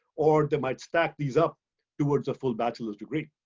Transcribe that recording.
or they might stack these up towards a full bachelor's degree.